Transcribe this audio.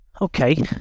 Okay